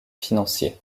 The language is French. financiers